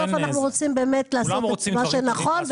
בסוף אנחנו רוצים לעשות את מה שנכון,